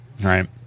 Right